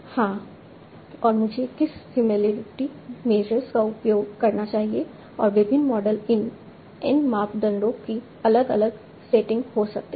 हां और मुझे किस सिमिलैरिटी मैजर्स का उपयोग करना चाहिए और विभिन्न मॉडल इन n मापदंडों की अलग अलग सेटिंग्स हो सकते हैं